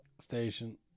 station